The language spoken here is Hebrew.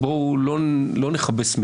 אם כן, בוא נבחר מלך.